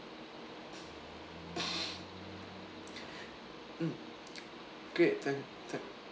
mm great thank thank